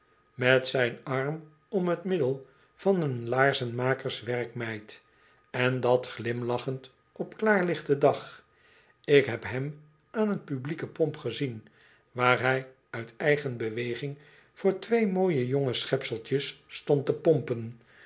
met zijn arm om t middel van een laarzenmakerswerkmeid en dat glimlachend op klaarlichten dag ik heb hem aan een publieke pomp gezien waar hij uit eigen beweging voor twee mooie jonge schepseltjes stond te pompen